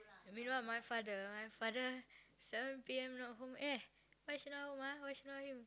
meanwhile my father my father seven P_M not home eh why she not home ah why she not home